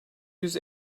yüz